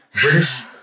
British